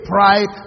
Pride